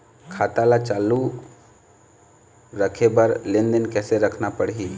खाता ला चालू रखे बर लेनदेन कैसे रखना पड़ही?